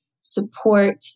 support